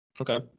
okay